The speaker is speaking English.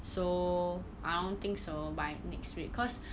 so I don't think so by next week cause